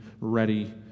ready